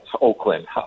Oakland